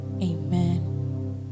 Amen